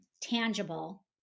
tangible